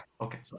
Okay